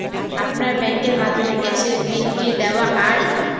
আপনার ব্যাংকের মাধ্যমে গ্যাসের বিল কি দেওয়া য়ায়?